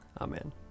Amen